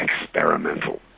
experimental